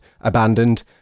abandoned